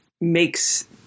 makes